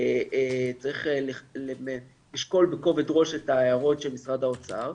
צריך לשקול בכובד ראש את ההערות של משרד האוצר,